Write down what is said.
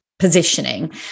positioning